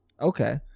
Okay